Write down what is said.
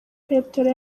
petero